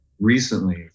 recently